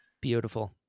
Beautiful